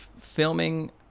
filming